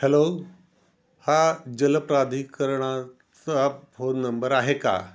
hello हा जलप्राधिकरणाचा phone number आहे का